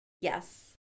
Yes